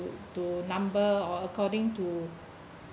to to number or according to